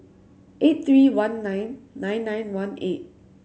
eight three one nine nine nine one eight